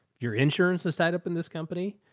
your insurance is tied up in this company.